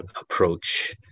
approach